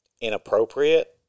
inappropriate